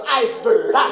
iceberg